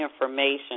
information